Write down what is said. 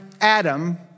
Adam